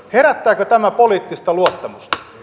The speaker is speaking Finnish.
herättääkö tämä poliittista luottamusta